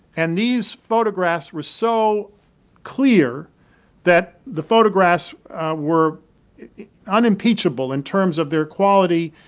and these photographs were so clear that the photographs were unimpeachable in terms of their quality,